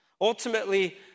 Ultimately